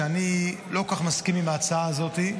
אני לא כך מסכים עם ההצעה הזאת.